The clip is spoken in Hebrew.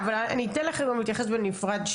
אתן לכם להתייחס בנפרד,